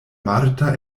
marta